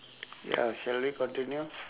ya shall we continue